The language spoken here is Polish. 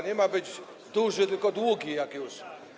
Nie ma być duży, tylko długi, jak już.